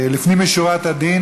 לפנים משורת הדין,